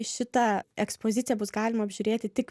šita ekspozicija bus galima apžiūrėti tik